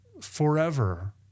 forever